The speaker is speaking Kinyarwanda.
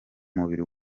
mubiri